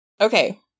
Okay